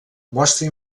mostra